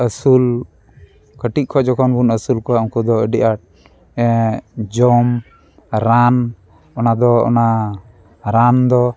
ᱟᱹᱥᱩᱞ ᱠᱟᱹᱴᱤᱡ ᱠᱷᱚᱱ ᱡᱚᱠᱷᱚᱱ ᱵᱚᱱ ᱟᱹᱥᱩᱞ ᱠᱚᱣᱟ ᱩᱱᱠᱩ ᱫᱚ ᱟᱹᱰᱤ ᱟᱸᱴ ᱡᱚᱢ ᱨᱟᱱ ᱚᱱᱟ ᱫᱚ ᱚᱱᱟ ᱨᱟᱱ ᱫᱚ